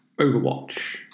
Overwatch